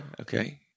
Okay